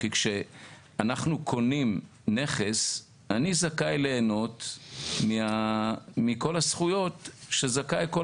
כי כשאנחנו קונים נכס אני זכאי ליהנות מכל הזכויות שזכאי להן